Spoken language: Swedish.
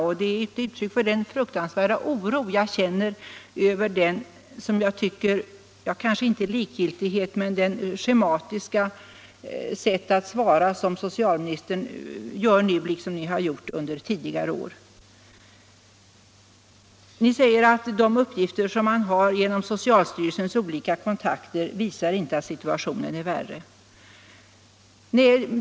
Vad jag anfört är ett uttryck för den fruktansvärda oro jag känner inför socialministerns nu liksom tidigare år schematiska sätt att svara, ett sätt som nästan kan uppfattas som likgiltighet. Socialministern säger att de uppgifter som man fått fram genom socialstyrelsens olika kontakter inte visar att situationen förvärrats.